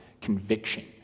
conviction